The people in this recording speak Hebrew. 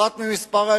אחת מכמה אפשרויות: